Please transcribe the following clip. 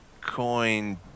coin